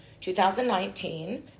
2019